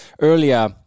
earlier